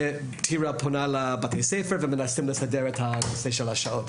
ואז טירה פונה לבתי הספר ואנחנו מנסים לסדר את נושא השעות.